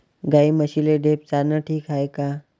गाई म्हशीले ढेप चारनं ठीक हाये का?